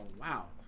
wow